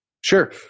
Sure